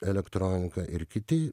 elektronika ir kiti